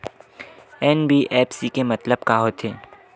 NBFC के मतलब का होथे?